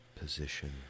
position